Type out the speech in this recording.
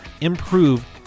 improve